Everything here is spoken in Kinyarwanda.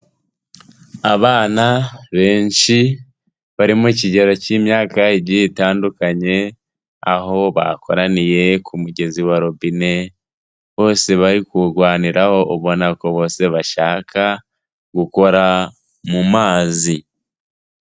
Abana benshi bari mu kigero cy'imyaka igiye itandukanye, aho bakoraniye ku mugezi wa robine, bose bari kuwurwaniraho ubona ko bose bashaka gukora mu mazi.